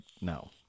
no